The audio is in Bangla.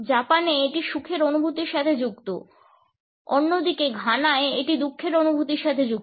জাপানে এটি সুখের অনুভূতির সাথে যুক্ত অন্যদিকে ঘানায় এটি দুঃখের অনুভূতির সাথে যুক্ত